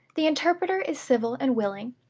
the interpreter is civil and willing,